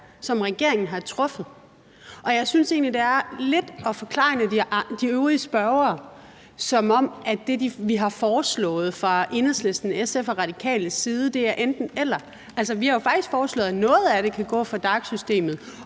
som regeringen har truffet, og jeg synes egentlig, at det er lidt at forklejne de øvrige spørgere, som om det, vi har foreslået fra Enhedslisten, SF og Radikales side, er enten-eller. Vi har jo faktisk foreslået, at noget af det kan gå fra DAC-systemet,